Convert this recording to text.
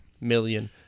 million